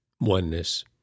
oneness